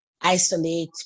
isolate